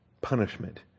punishment